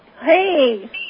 Hey